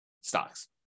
stocks